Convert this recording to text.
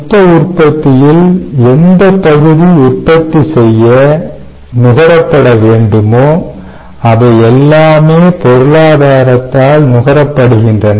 மொத்த உற்பத்தியில் எந்தப் பகுதி உற்பத்தி செய்ய நுகரப்பட வேண்டுமோ அவை எல்லாமே பொருளாதாரத்தால் நுகரப்படுகின்றன